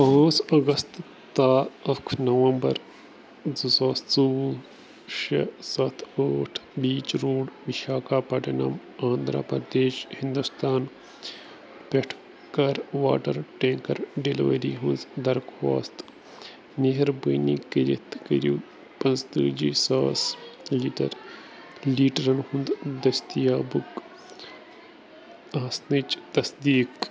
پانٛژھ اَگستہٕ تا اَکھ نومبر زٕ ساس ژوٚوُہ شےٚ سَتھ ٲٹھ beach road Visakhapatnam Andhra Pradesh Hindustan پٮ۪ٹھ کَر واٹَر ٹٮ۪نٛکر ڈِلؤری ہٕنٛز درخواست مہربٲمی کٔرِتھ کٔرِو پنٛژ تٲجی ساس لیٖٹر لیٖٹرَن ہُنٛد دٔستِیابُک آسنٕچ تصدیٖق